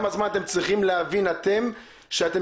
כמה זמן אתם צריכים להבין אתם שאתם